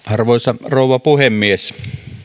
arvoisa rouva puhemies